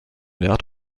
wert